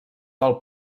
del